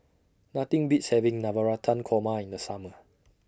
Nothing Beats having Navratan Korma in The Summer